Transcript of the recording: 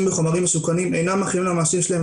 בחומרים מסוכנים אינם אחראים למעשים שלהם,